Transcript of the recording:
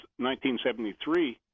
1973